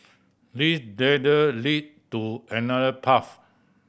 this ladder lead to another path